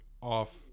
off